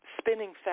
spinning